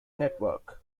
network